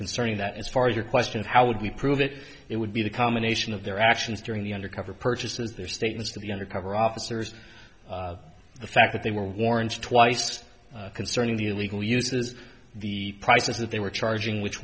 concerning that as far as your question how would we prove it it would be the combination of their actions during the undercover purchases their statements to the undercover officers the fact that they were warrants twice concerning the illegal uses the prices that they were charging which